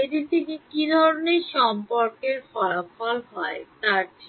এটি থেকে কী ধরণের সম্পর্কের ফলাফল হয় তা ঠিক